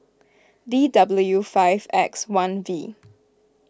D W five X one V